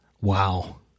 Wow